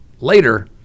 later